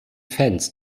fans